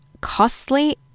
costly